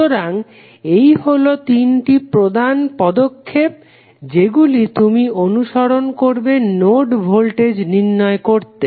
সুতরাং এই হলো তিনটি প্রধান পদক্ষেপ যেগুলি তুমি অনুসরন করবে নোড ভোল্টেজ নির্ণয় করতে